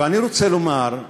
ואני רוצה לומר,